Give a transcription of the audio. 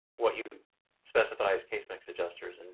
what you specify as case mix adjustors. and